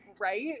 Right